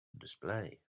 display